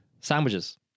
sandwiches